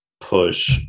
push